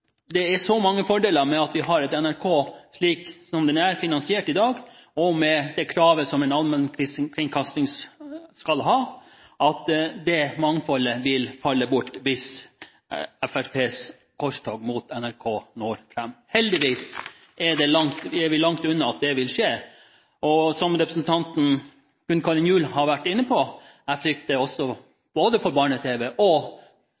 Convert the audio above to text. det er mange fordeler med at vi har et NRK slik som det er finansiert i dag, og med det kravet som en allmennkringkasting skal ha. Mangfoldet vil falle bort hvis Fremskrittspartiets korstog mot NRK når fram. Heldigvis er vi langt unna at det vil skje. Som representanten Gunn Karin Gjul har vært inne på, frykter jeg for både Barne-TV og programposten som tidligere het Salmer og